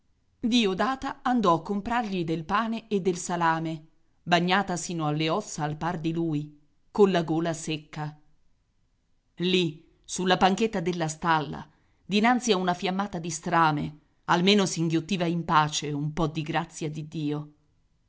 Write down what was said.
diodata andò a comprargli del pane e del salame bagnata sino alle ossa al par di lui colla gola secca lì sulla panchetta della stalla dinanzi a una fiammata di strame almeno si inghiottiva in pace un po di grazia di dio